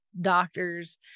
doctors